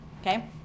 okay